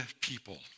people